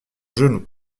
genou